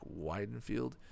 Widenfield